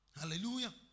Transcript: Hallelujah